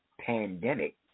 pandemic